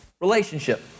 relationship